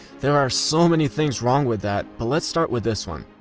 there are so many things wrong with that, but let's start with this one.